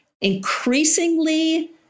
increasingly